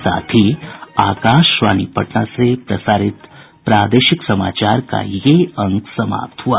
इसके साथ ही आकाशवाणी पटना से प्रसारित प्रादेशिक समाचार का ये अंक समाप्त हुआ